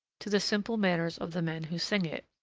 to the simple manners of the men who sing it,